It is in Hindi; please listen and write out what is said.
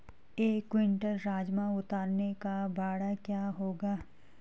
एक क्विंटल राजमा उतारने का भाड़ा क्या होगा?